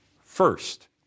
first